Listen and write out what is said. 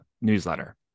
newsletter